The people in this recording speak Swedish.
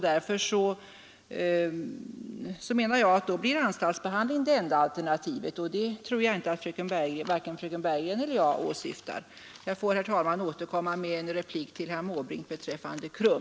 Då blir, menar jag, anstaltsbehandlingen det enda alternativet, och det tror jag att varken fröken Bergegren eller jag önskar. Jag får, herr talman, återkomma med replik till herr Måbrink beträffande KRUM.